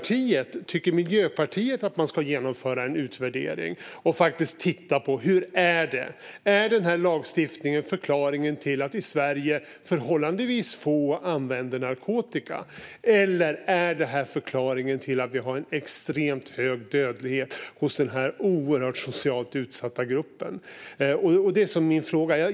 Tycker Miljöpartiet att man ska genomföra en utvärdering och faktiskt titta på hur det är - om lagstiftningen är förklaringen till att förhållandevis få använder narkotika i Sverige, eller om detta är förklaringen till att vi har en extremt hög dödlighet hos den här socialt oerhört utsatta gruppen? Det är det som är min fråga.